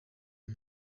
uyu